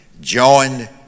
joined